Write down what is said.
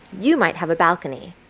you might have a balcony.